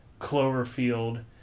Cloverfield